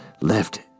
left